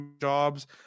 jobs